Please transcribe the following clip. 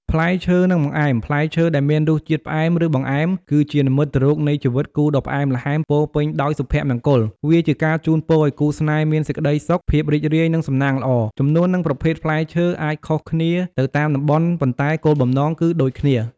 ផ្លែឈើ និងបង្អែម: ផ្លែឈើដែលមានរសជាតិផ្អែម ឬបង្អែម គឺជានិមិត្តរូបនៃ ជីវិតគូដ៏ផ្អែមល្ហែម ពោរពេញដោយសុភមង្គល។ វាជាការជូនពរឲ្យគូស្នេហ៍មានតែសេចក្តីសុខ ភាពរីករាយ និងសំណាងល្អ។ ចំនួន និងប្រភេទផ្លែឈើអាចខុសគ្នាទៅតាមតំបន់ ប៉ុន្តែគោលបំណងគឺដូចគ្នា។